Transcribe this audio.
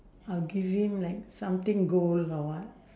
I will give him like something gold or what